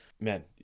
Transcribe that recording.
man